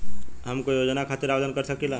हम कोई योजना खातिर आवेदन कर सकीला?